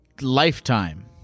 lifetime